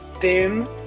boom